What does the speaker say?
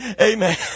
Amen